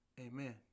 amen